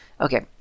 Okay